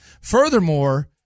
furthermore